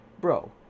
Bro